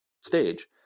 stage